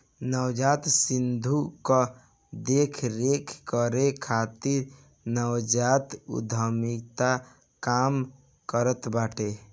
नवजात शिशु कअ देख रेख करे खातिर नवजात उद्यमिता काम करत बाटे